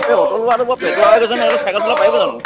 এই অতুল বোলাতো বৰ পেটুৱা হৈ গৈছে নহয় সেইটো চাইকেল চলাব পাৰিব জানো